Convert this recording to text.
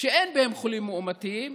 שאין בהם חולים מאומתים.